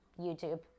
youtube